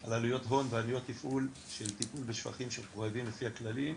על עלויות הון ועלויות תפעול של טיפול בשפכים שפועלים לפי הכללים,